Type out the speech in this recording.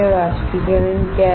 वाष्पीकरण क्या है